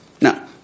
Now